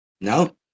no